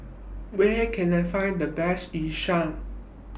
Where Can I Find The Best Yu Sheng